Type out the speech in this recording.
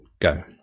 go